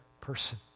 person